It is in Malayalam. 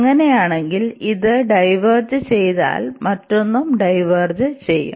അങ്ങനെയാണെങ്കിൽ ഇത് കൺവെർജ് ചെയ്താൽ മറ്റൊന്നും കൺവെർജ് ചെയും